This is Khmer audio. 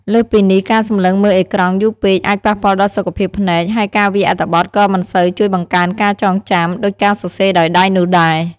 លើសពីនេះ ការសម្លឹងមើលអេក្រង់យូរពេកអាច ប៉ះពាល់ដល់សុខភាពភ្នែក ហើយការវាយអត្ថបទក៏ មិនសូវជួយបង្កើនការចងចាំ ដូចការសរសេរដោយដៃនោះដែរ។